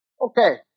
Okay